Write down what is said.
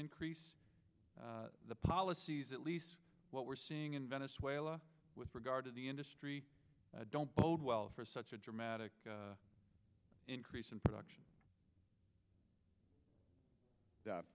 increase the policies at least what we're seeing in venezuela with regard to the industry don't bode well for such a dramatic increase in production